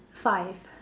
five